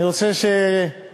אני רוצה שאורלי,